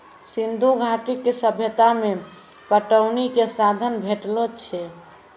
सिंधु घाटी के सभ्यता मे पटौनी के साधन भेटलो छै